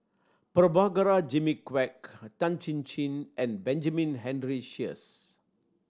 Prabhakara Jimmy Quek Tan Chin Chin and Benjamin Henry Sheares